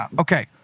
Okay